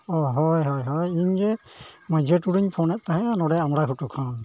ᱚᱻ ᱦᱳᱭ ᱦᱳᱭ ᱦᱳᱭ ᱤᱧᱜᱮ ᱢᱟᱹᱡᱷᱤᱭᱟᱹ ᱴᱩᱰᱩᱧ ᱯᱷᱳᱱᱮᱫ ᱛᱟᱦᱮᱱᱟ ᱱᱚᱰᱮ ᱟᱢᱲᱟ ᱜᱷᱩᱴᱩ ᱠᱷᱚᱱ